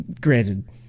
granted